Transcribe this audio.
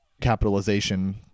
capitalization